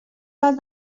does